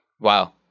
Wow